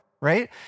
right